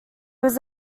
was